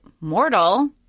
mortal